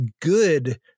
good